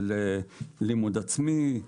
של לימוד עצמי,